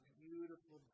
beautiful